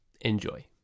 Enjoy